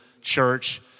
church